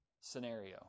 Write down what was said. scenario